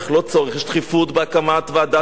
יש דחיפות בהקמת ועדת חקירה,